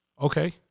Okay